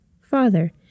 father